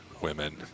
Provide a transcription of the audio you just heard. women